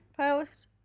Post